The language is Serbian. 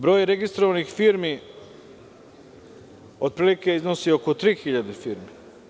Broj registrovanih firmi otprilike iznosi oko tri hiljade firmi.